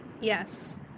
Yes